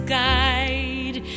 guide